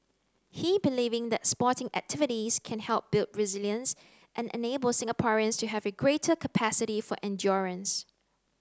he believing that sporting activities can help build resilience and enable Singaporeans to have a greater capacity for endurance